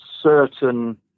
certain